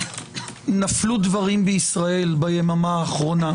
נפלו דברים בישראל ביממה האחרונה,